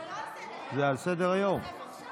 זה לא על סדר-היום, זה התווסף עכשיו.